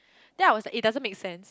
then I was like it doesn't make sense